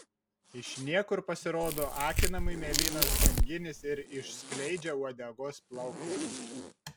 iš niekur pasirodo akinamai mėlynas banginis ir išskleidžia uodegos plaukmenį